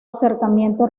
acercamiento